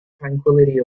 tranquility